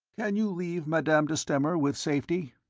can you leave madame de stamer with safety?